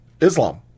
Islam